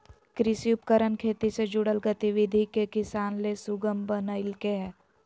कृषि उपकरण खेती से जुड़ल गतिविधि के किसान ले सुगम बनइलके हें